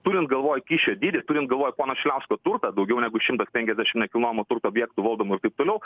turint galvoj kyšio dydį turint galvoj pono šiliausko turtą daugiau negu šimtas penkiasdešim nekilnojamo turto objektų valdomų ir taip toliau